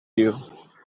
you